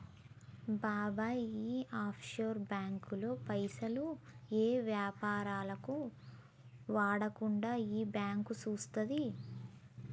బాబాయ్ ఈ ఆఫ్షోర్ బాంకుల్లో పైసలు ఏ యాపారాలకు వాడకుండా ఈ బాంకు సూత్తది